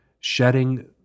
shedding